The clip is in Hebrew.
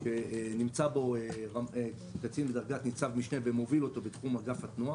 ונמצא בו קצין בדרגת ניצב משנה ומוביל אותו בתחום אגף התנועה,